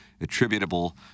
attributable